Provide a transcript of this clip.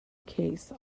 case